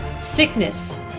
sickness